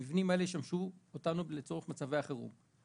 המבנים האלה ישמשו אותנו לצורך מצבי החירום,